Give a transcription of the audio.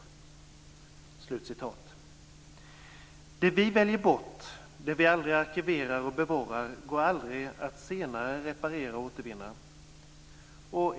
Det vi väljer bort, det vi aldrig arkiverar och bevarar går aldrig att senare reparera och återvinna.